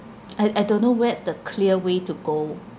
I I don't know where's the clear way to go